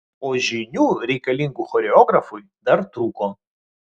o žinių reikalingų choreografui dar trūko